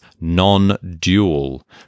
non-dual